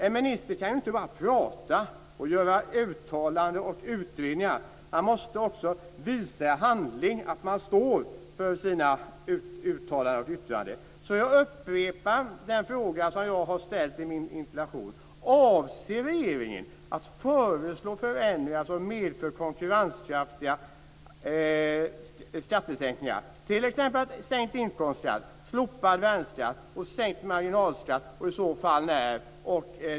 En minister kan inte bara göra uttalanden och utredningar. Han måste också visa i handling att han står för sina uttalanden. Jag upprepar den fråga jag har ställt i min interpellation: Avser regeringen att föreslå förändringar som medför konkurrenskraftiga skatter, t.ex. sänkt inkomstskatt, slopad värnskatt och sänkt marginalskatt, och i så fall när?